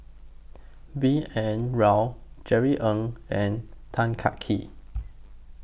B N Rao Jerry Ng and Tan Kah Kee